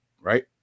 Right